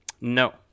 No